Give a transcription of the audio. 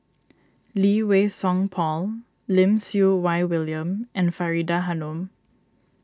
Lee Wei Song Paul Lim Siew Wai William and Faridah Hanum